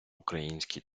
український